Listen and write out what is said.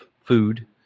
food